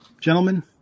Gentlemen